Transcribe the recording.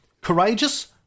Courageous